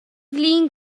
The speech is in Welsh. flin